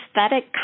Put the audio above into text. aesthetic